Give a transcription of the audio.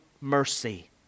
mercy